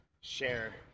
share